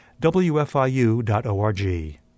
wfiu.org